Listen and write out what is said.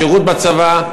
שירות בצבא,